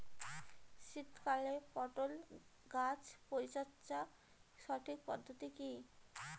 শীতকালে পটল গাছ পরিচর্যার সঠিক পদ্ধতি কী?